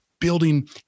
Building